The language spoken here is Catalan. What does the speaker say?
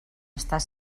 estar